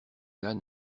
gars